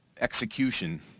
execution